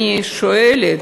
אני שואלת: